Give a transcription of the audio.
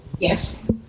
Yes